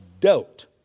dealt